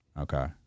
Okay